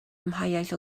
amheuaeth